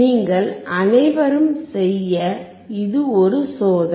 நீங்கள் அனைவரும் செய்ய இது ஒரு சோதனை